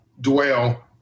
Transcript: dwell